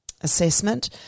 assessment